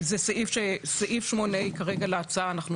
סעיף 8ה להצעה, אנחנו